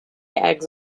eggs